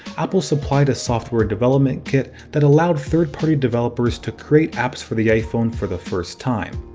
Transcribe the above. apple supplied a software development kit that allowed third party developers to create apps for the iphone for the first time.